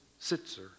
Sitzer